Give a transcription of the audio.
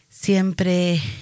Siempre